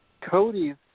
Cody's